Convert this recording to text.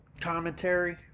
commentary